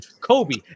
Kobe